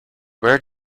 where